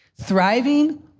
thriving